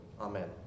Amen